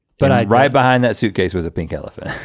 but you'd ride behind that suitcase was a pink elephant.